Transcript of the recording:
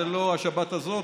זו לא השבת הזו,